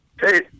Hey